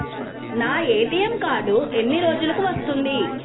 నా ATM card ఎన్ని రోజులకు వస్తుంది?